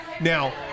Now